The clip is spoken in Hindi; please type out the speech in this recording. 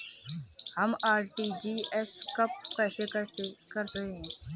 हम आर.टी.जी.एस कब और कैसे करते हैं?